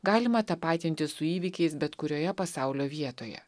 galima tapatinti su įvykiais bet kurioje pasaulio vietoje